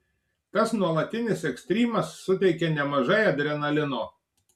tas nuolatinis ekstrymas suteikia nemažai adrenalino